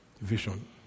Vision